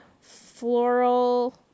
floral